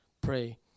pray